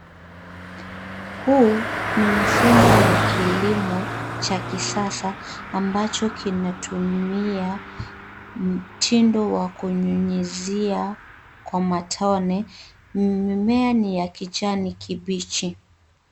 Huu ni mfumo wa kilimo cha kisasa ambacho kinatumia mtindo wa kunyunyizia kwa matone. Mimea ni ya kijani kibichi.